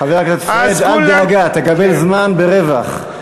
חבר הכנסת פריג', אל דאגה, תקבל זמן ברווח.